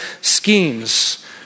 schemes